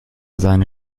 seine